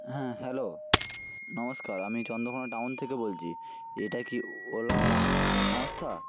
হ্যাঁ হ্যালো নমস্কার আমি চন্দকোনা টাউন থেকে বলছি এটা কি ওলা সংস্থা